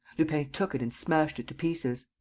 lupin took it and smashed it to pieces.